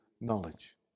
knowledge